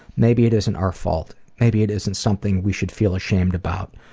maybe it isn't our fault. maybe it isn't something we should feel ashamed about.